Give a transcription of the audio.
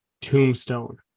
Tombstone